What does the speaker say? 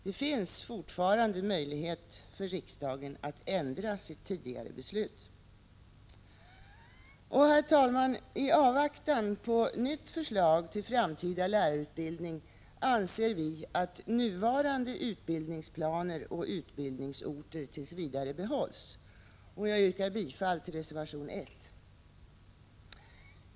Det finns fortfarande möjlighet för riksdagen att ändra sitt tidigare beslut. Herr talman! I avvakten på nytt förslag till framtida lärarutbildning anser vi att nuvarande utbildningsplaner och utbildningsorter tills vidare bör behållas. Jag yrkar bifall till reservation 1.